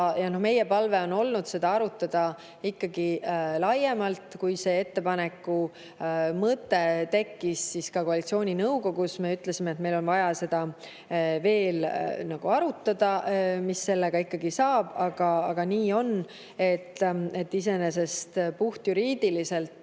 Meie palve on olnud seda arutada ikkagi laiemalt. Kui see ettepaneku mõte koalitsiooninõukogus tekkis, siis me ütlesime, et meil on vaja veel arutada, mis sellega saab. Aga nii on, et iseenesest puhtjuriidiliselt